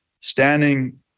standing